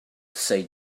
say